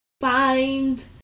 find